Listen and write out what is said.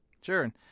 Sure